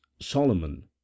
Solomon